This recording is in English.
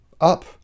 Up